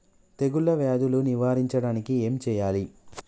తెగుళ్ళ వ్యాధులు నివారించడానికి ఏం చేయాలి?